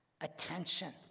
Attention